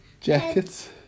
Jackets